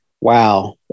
Wow